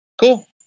Cool